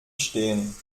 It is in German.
stehen